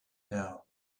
now